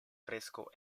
fresco